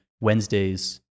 Wednesdays